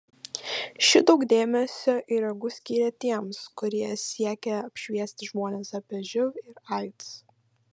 ši daug dėmesio ir jėgų skyrė tiems kurie siekia apšviesti žmones apie živ ir aids